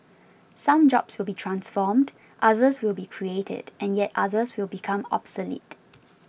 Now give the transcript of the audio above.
some jobs will be transformed others will be created and yet others will become obsolete